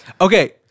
Okay